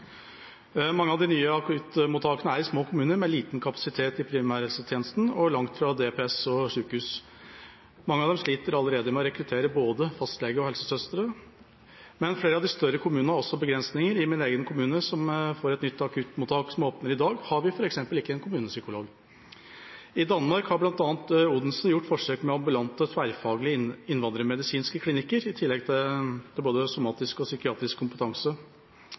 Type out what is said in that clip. Mange av de nye akuttmottakene er i små kommuner med liten kapasitet i primærhelsetjenesten og langt fra DPS og sykehus. Mange av dem sliter allerede med å rekruttere både fastlege og helsesøstre, men flere av de større kommunene har også begrensninger. I min egen kommune, som får et nytt akuttmottak som åpner i dag, har vi f.eks. ingen kommunepsykolog. I Danmark har bl.a. Odense gjort forsøk med ambulante, tverrfaglige innvandrermedisinske klinikker i tillegg til både somatisk og psykiatrisk kompetanse,